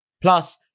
Plus